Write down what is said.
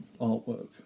artwork